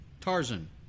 Tarzan